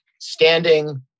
standing